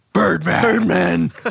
Birdman